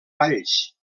valls